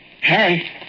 Harry